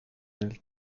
nel